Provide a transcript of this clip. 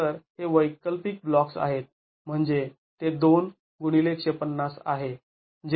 तर हे वैकल्पिक ब्लॉक्स् आहेत म्हणजे ते २ x १५० आहे